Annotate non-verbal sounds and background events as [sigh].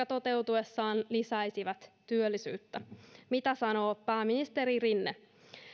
[unintelligible] toteutuessaan lisäisi työllisyyttä mitä sanoo pääministeri rinne